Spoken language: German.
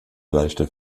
leichter